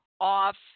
off